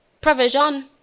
provision